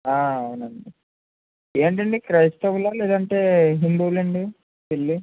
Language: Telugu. అవునండి ఏంటండీ క్రైస్తవులా లేదంటే హిందువులండి పెళ్ళి